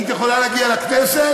היית יכולה להגיע לכנסת?